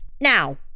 Now